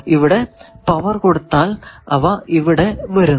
ഇവിടെ പവർ കൊടുത്താൽ അവ ഇവിടെ വരുന്നു